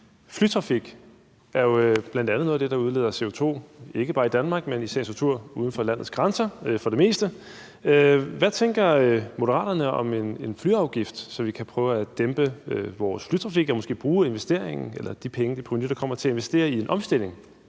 Flytrafik er jo bl.a. noget af det, der udleder CO2 ikke bare i Danmark, men i sagens natur uden for landets grænser for det meste. Hvad tænker Moderaterne om en flyafgift, så vi kan prøve at dæmpe vores flytrafik og måske bruge de penge fra en afgift på at investere i en omstilling